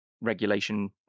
regulation